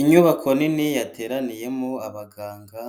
Inyubako nini yateraniyemo abaganga